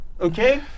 okay